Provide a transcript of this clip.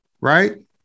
right